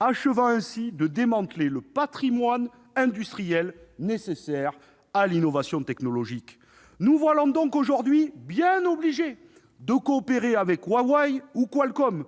achevant ainsi de démanteler le patrimoine industriel nécessaire à l'innovation technologique. Nous voilà donc aujourd'hui bien obligés de coopérer avec Huawei ou Qualcomm,